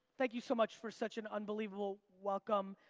thank you so much for such an unbelievable welcome.